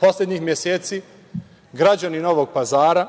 Poslednjih meseci građani Novog Pazara